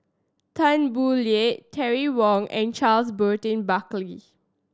Tan Boo Liat Terry Wong and Charles Burton Buckley